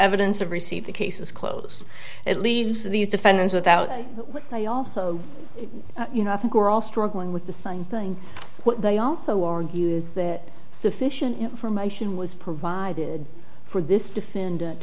evidence of receipt the case is closed it leaves these defendants without i also you know i think we're all struggling with the same thing but they also argues that sufficient information was provided for this defendant